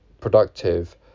productive